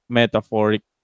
metaphoric